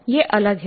यह अलग है